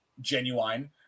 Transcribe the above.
genuine